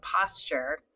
posture